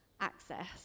access